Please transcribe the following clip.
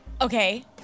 Okay